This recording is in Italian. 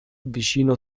vicino